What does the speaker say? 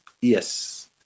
Yes